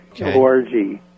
O-R-G